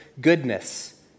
goodness